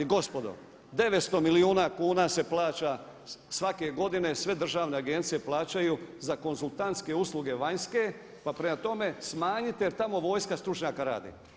Gospodo 900 milijuna kuna se plaće svake godine, sve državne agencije plaćaju za konzultantske usluge vanjske pa prema tome smanjite jer tamo vojska stručnjaka radi.